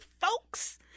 folks